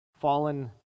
fallen